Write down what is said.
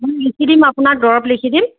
মই লিখি দিম আপোনাক দৰব লিখি দিম